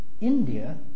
India